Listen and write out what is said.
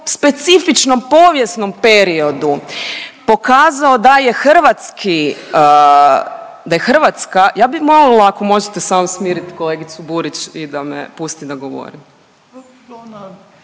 specifičnom povijesnom periodu pokazao da je Hrvatska, ja bi molila ako možete samo smirit kolegicu Burić i da me pusti da govorim.